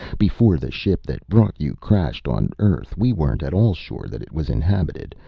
before the ship that brought you crashed on earth, we weren't at all sure that it was inhabited,